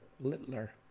Littler